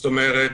זאת אומרת,